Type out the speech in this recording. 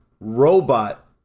robot